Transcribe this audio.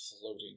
floating